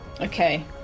Okay